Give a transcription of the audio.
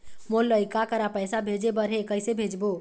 मोर लइका करा पैसा भेजें बर हे, कइसे भेजबो?